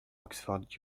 oxford